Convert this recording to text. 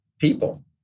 people